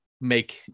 make